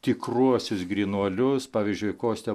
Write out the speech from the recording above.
tikruosius grynuolius pavyzdžiui kostą